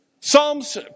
Psalms